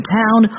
town